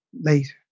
late